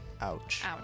Ouch